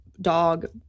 dog